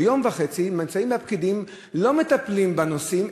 ביום וחצי הפקידים נמצאים ולא מטפלים בנושאים,